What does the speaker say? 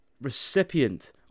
recipient